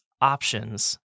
options